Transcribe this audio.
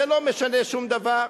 זה לא משנה שום דבר,